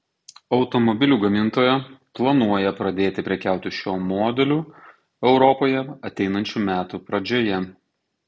automobilių gamintoja planuoja pradėti prekiauti šiuo modeliu europoje ateinančių metų pradžioje